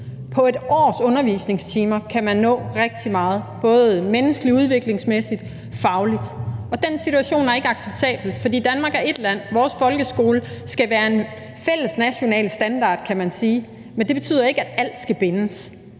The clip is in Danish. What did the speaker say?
På 1 års undervisningstimer kan man nå rigtig meget, både menneskeligt, udviklingsmæssigt og fagligt, og den situation er ikke acceptabel, for Danmark er ét land. Vores folkeskole skal være af en fælles national standard, kan man sige, men det betyder ikke, at alt skal bindes,